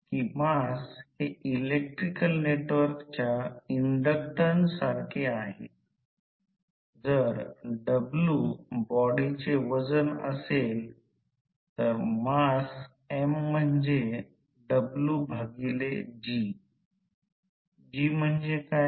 परंतु सामान्यत आम्ही असे करू की LV वरील हा एक पुरवठ्याला ओपन सर्किट चाचणी करू LV बाजूला करू उच्च व्होल्टेज च्या बाजूला नाही